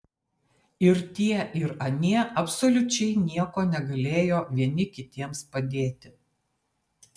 ir tie ir anie absoliučiai nieko negalėjo vieni kitiems padėti